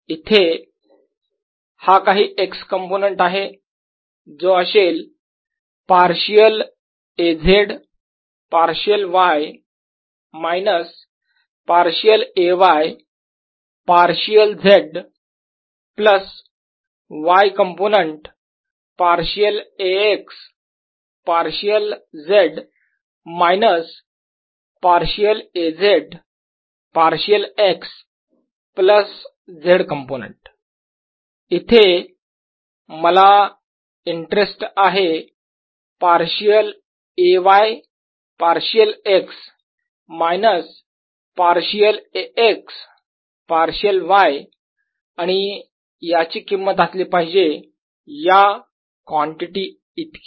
इथे हा काही x कंपोनेंट आहे जो असेल partial A z partial y minus partial A y partial z plus y component partial A x partial z minus partial A z partial x plus z component इथे मला interest आहे partial A y partial x minus partial A x partial y आणि याची किंमत असली पाहिजे या quantity इतकी